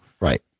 Right